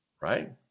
right